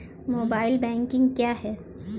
Mobile banking क्या है?